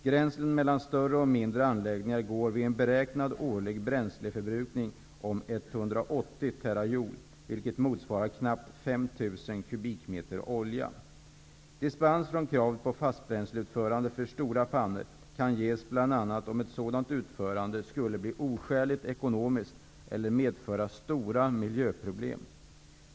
Gränsen mellan större och mindre anläggningar går vid en beräknad årlig bränsleförbrukning om 180 Dispens från kravet på fastbränsleutförande för stora pannor kan ges bl.a. om ett sådant utförande skulle bli oskäligt ekonomiskt eller medföra stora miljöproblem.